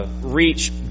reach